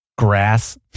Grass